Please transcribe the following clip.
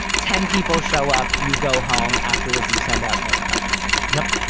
ten people show up. you go home afterwards, you send out notecards yep.